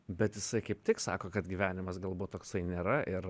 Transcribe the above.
bet jisai kaip tik sako kad gyvenimas galbūt toksai nėra ir